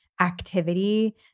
activity